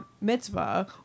mitzvah